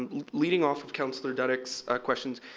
and leading off with councillor duddeck's questions,